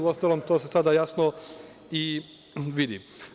Uostalom to se sada jasno i vidi.